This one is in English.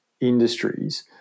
industries